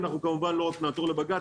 אנחנו כמובן לא רק נעתור לבג"צ,